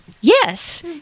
yes